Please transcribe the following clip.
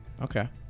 Okay